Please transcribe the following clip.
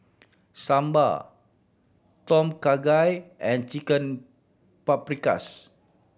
Sambar Tom Kha Gai and Chicken Paprikas